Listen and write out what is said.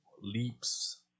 leaps